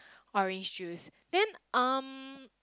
orange juice then um